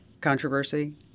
controversy